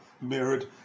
mirrored